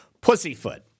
Pussyfoot